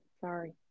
Sorry